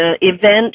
event